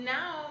Now